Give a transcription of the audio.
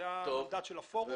זה המנדט של הפורום.